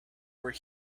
were